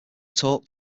talk